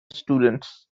students